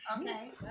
Okay